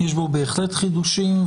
יש בו בהחלט חידושים.